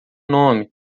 nome